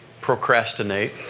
procrastinate